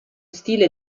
stile